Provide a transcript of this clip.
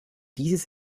dieses